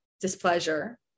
displeasure